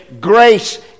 Grace